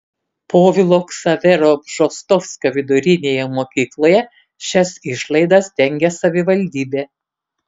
povilo ksavero bžostovskio vidurinėje mokykloje šias išlaidas dengia savivaldybė